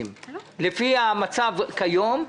לפי המצב כיום,